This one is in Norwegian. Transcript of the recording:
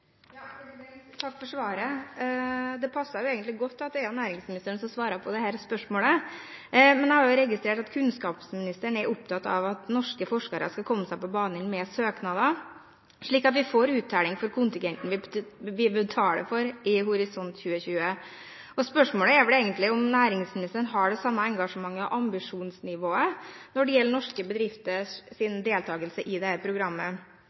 Takk for svaret. Det passet jo egentlig godt at det er næringsministeren som svarer på dette spørsmålet, men jeg har også registrert at kunnskapsministeren er opptatt av at norske forskere skal komme på banen med søknader, slik at vi får uttelling for kontingenten vi betaler for i Horisont 2020. Spørsmålet er vel egentlig om næringsministeren har det samme engasjementet og ambisjonsnivået når det gjelder norske bedrifters deltagelse i dette programmet.